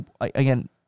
again